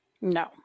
No